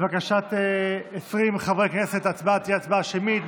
לבקשת 20 חברי כנסת, ההצבעה תהיה הצבעה שמית.